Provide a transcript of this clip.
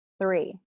three